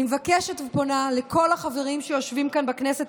אני מבקשת ופונה לכל החברים שיושבים כאן בכנסת